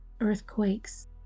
earthquakes